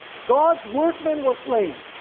god's workmen were slain,